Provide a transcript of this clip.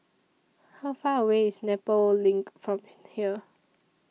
How Far away IS Nepal LINK from here